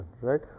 right